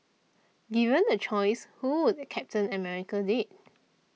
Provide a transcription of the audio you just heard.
given a choice who would Captain America date